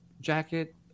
jacket